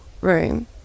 room